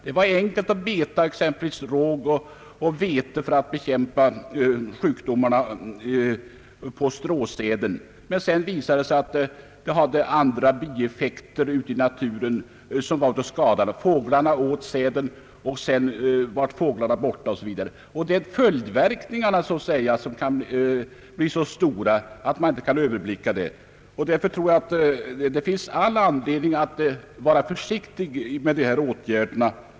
Det var enkelt att beta exempelvis råg och vete för att bekämpa sjukdomar på stråsäden, men sedan visade det sig att detta tillvägagångssätt hade bieffekter ute i naturen vilka var till skada. Fåglarna åt säden, och så var de borta. Verkningarna kan bli så stora att man inte kan överblicka dem. Därför tror jag att det finns all anledning att vara försiktig med dessa åtgärder.